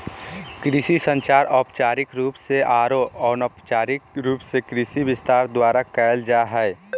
कृषि संचार औपचारिक रूप से आरो अनौपचारिक रूप से कृषि विस्तार द्वारा कयल जा हइ